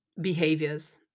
behaviors